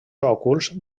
òculs